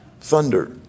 Thunder